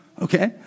okay